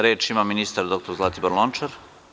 Reč ima ministar dr Zlatibor Lončar.